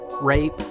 rape